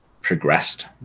progressed